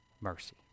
mercy